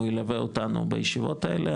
ילווה אותנו בישיבות האלה,